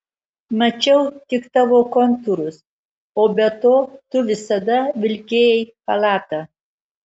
mačiau tik tavo kontūrus o be to tu visada vilkėjai chalatą